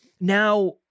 now